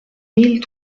mille